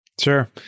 Sure